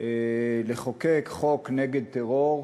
לחוקק חוק נגד טרור,